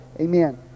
Amen